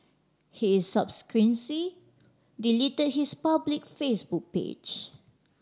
he delete his public Facebook page